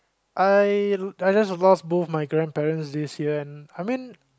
I I just lost both my grandparents this year and I mean